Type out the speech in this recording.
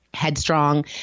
Headstrong